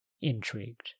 intrigued